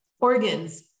organs